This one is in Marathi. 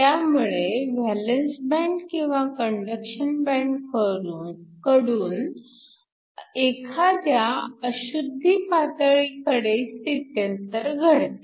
त्यामुळे व्हॅलन्स बँड किंवा कंडक्शन बँडकडून एखाद्या अशुद्धी पातळी कडे स्थित्यंतर घडते